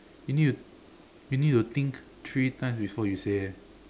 you need to you need to think three times before you say eh